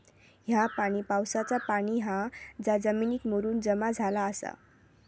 ह्या पाणी पावसाचा पाणी हा जा जमिनीत मुरून जमा झाला आसा